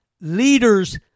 leaders